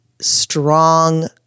strong